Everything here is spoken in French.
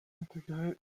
intégré